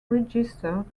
registered